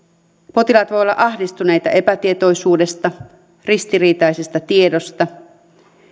potilaat voivat olla ahdistuneita epätietoisuudesta ristiriitaisesta tiedosta